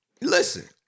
Listen